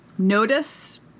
Notice